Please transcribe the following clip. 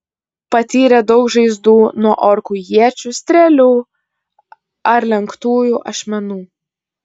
patyrė daug žaizdų nuo orkų iečių strėlių ar lenktųjų ašmenų